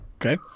Okay